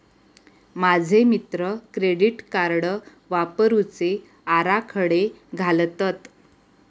माझे मित्र credit card वापरुचे आराखडे घालतत